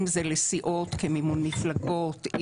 אם זה לסיעות כמימון מפלגות,